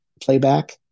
playback